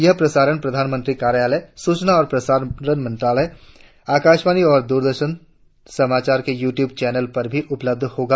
यह प्रसारण प्रधानमंत्री कार्यालय सूचना और प्रसारण मंत्रालय आकाशवाणी और द्रदर्शन समाचार के यू ट्यूब चैनलों पर भी उपलब्ध रहेगा